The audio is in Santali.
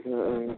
ᱦᱮᱸ